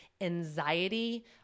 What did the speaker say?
anxiety